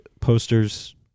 posters